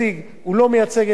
יכול להיות שהוא מייצג 90%,